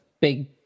Big